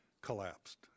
collapsed